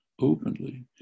openly